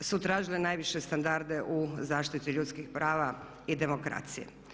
su tražile najviše standarde u zaštiti ljudskih prava i demokracije.